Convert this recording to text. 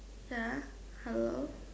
ya hello